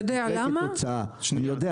אימאן